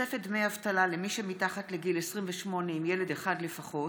תוספת דמי אבטלה למי שמתחת לגיל 28 עם ילד אחד לפחות),